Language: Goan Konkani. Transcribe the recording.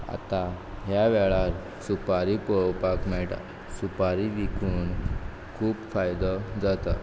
आतां ह्या वेळार सुपारी पळोवपाक मेळटा सुपारी विकून खूब फायदो जाता